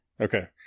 Okay